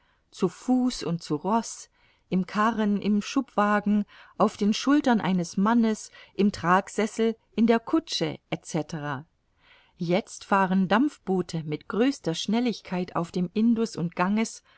zu fuß und zu roß im karren im schubwagen auf den schultern eines mannes im tragsessel in der kutsche etc jetzt fahren dampfboote mit größter schnelligkeit auf dem indus und ganges